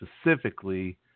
specifically